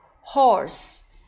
Horse